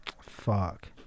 Fuck